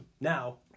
Now